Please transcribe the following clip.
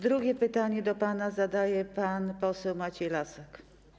Drugie pytanie do pana zadaje pan poseł Maciej Lasek.